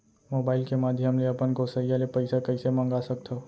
Mobile के माधयम ले अपन गोसैय्या ले पइसा कइसे मंगा सकथव?